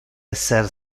esser